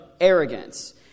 arrogance